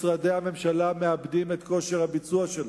משרדי הממשלה מאבדים את כושר הביצוע שלהם.